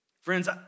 Friends